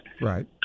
Right